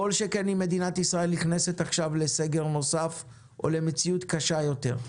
כל שכן אם מדינת ישראל נכנסת עכשיו לסגר נוסף או למציאות קשה יותר,